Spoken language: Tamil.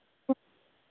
ம்